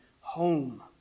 home